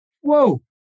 whoa